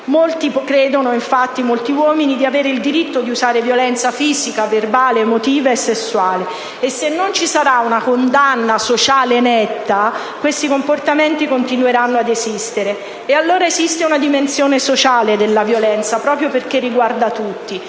molti uomini credono, infatti, di avere il diritto di usare violenza fisica, verbale, emotiva e sessuale. Se dunque non ci sarà una condanna sociale netta, questi comportamenti continueranno ad esistere. C'è quindi una dimensione sociale della violenza, proprio perché essa riguarda tutti